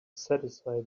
satisfy